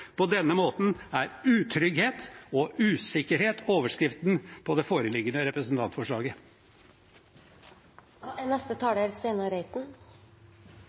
På denne måten er utrygghet og usikkerhet overskriften på det foreliggende